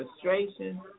frustration